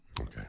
Okay